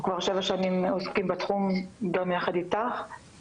וכבר שבע שנים אנחנו עוסקים בתחום גם יחד איתך.